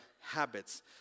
habits